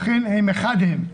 שאכן חד הם.